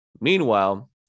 Meanwhile